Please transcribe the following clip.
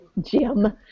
Jim